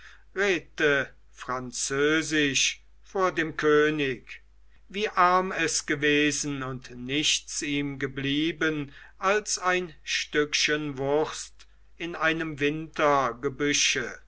französisch vor dem könig wie arm es gewesen und nichts ihm geblieben als ein stückchen wurst in einem